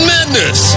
Madness